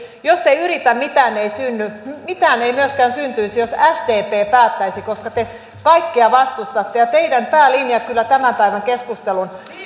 jos ei yritä mitään ei synny mitään ei myöskään syntyisi jos sdp päättäisi koska te kaikkea vastustatte ja teidän päälinjanne kyllä tämän päivän keskustelun